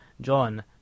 John